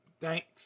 thanks